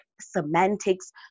semantics